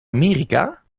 amerika